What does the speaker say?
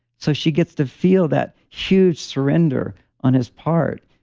so, she gets to feel that huge surrender on his part.